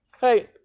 Hey